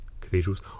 Cathedrals